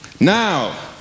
Now